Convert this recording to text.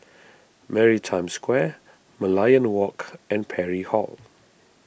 Maritime Square Merlion Walk and Parry Hall